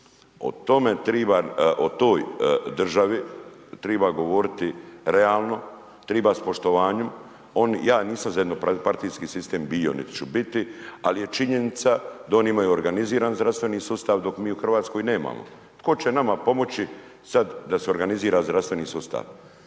o toj državi treba govoriti realno, treba sa poštivanjem, ja nisam za jednopartijski sistem bio niti ću biti ali je činjenica da oni imaju organizirani zdravstveni sustav dok mi u Hrvatskoj nemamo. Tko će nama pomoći sad da se organizira zdravstveni sustav?